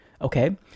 Okay